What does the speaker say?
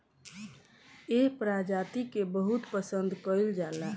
एह प्रजाति के बहुत पसंद कईल जाला